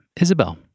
Isabel